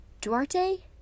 Duarte